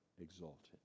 exalted